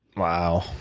wow.